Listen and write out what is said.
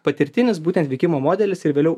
patirtinis būtent veikimo modelis ir vėliau